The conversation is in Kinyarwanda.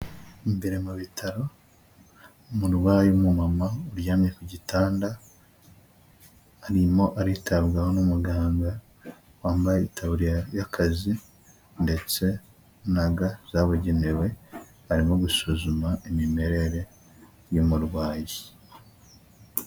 Imbere mu bitaro umurwayi w'umumama uryamye ku gitanda arimo aritabwaho n'umuganga wambaye itaburiya y'akazi ndetse na ga zabugenewe, arimo gusuzuma imimerere y'umurwayi.